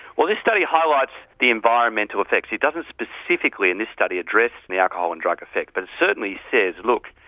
well this study highlights the environmental effects, it doesn't specifically in this study address the alcohol and drug effects but it certainly says look,